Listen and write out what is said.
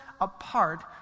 apart